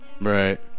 right